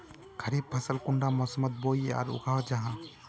खरीफ फसल कुंडा मोसमोत बोई या उगाहा जाहा?